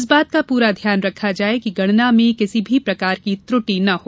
इस बात का पूरा ध्यान रखा जाये कि गणना में किसी भी प्रकार की त्रुटि नही हो